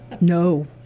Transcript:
no